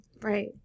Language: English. Right